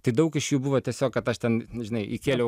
tai daug iš jų buvo tiesiog kad aš ten žinai įkėliau